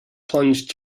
plunge